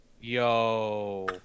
Yo